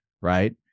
right